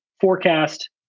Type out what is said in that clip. forecast